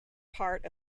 part